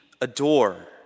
adore